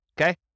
Okay